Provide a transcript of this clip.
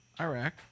Iraq